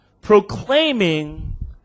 proclaiming